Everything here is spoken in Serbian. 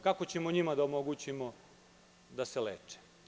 Kako ćemo njima da omogućimo da se leče?